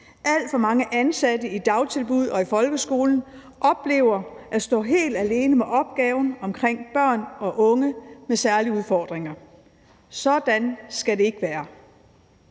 Alt for mange ansatte i dagtilbud og folkeskolen oplever at stå helt alene med opgaven omkring børn og unge med særlige udfordringer. Sådan skal det ikke være.